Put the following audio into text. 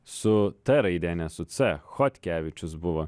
su t raide ne su c chotkevičius buvo